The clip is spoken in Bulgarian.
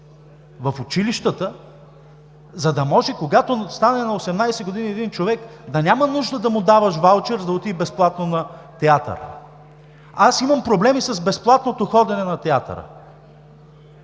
в училищата, за да може, когато стане на 18 години, един човек да няма нужда да му даваш ваучер, за да отиде безплатно на театър. Аз имам проблеми с безплатното ходене на театър!